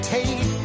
Take